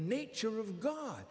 nature of god